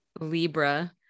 Libra